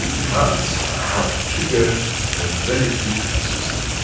plants have triggered a very beautiful system.